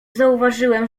zauważyłem